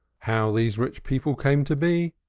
how these rich people came to be,